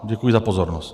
Děkuji za pozornost.